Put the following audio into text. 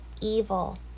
evil